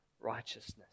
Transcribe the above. righteousness